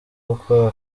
gukora